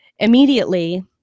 Immediately